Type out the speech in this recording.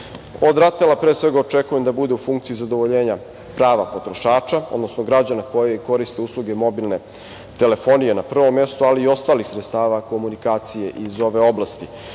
Od RATEL-a, pre svega, očekujem da bude u funkciji zadovoljenja prava potrošača, odnosno građana koji koriste usluge mobilne telefonije na prvom mestu, ali i ostalih sredstava komunikacije iz ove oblasti. Kada